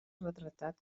retratat